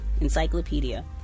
Encyclopedia